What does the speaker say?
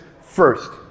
first